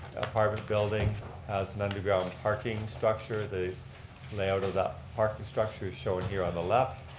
apartment building has an underground parking structure, the layout of the parking structure is shown here on the left,